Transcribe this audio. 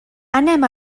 anem